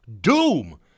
doom